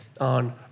on